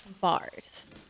Bars